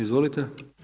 Izvolite.